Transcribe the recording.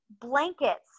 blankets